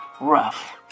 rough